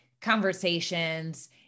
conversations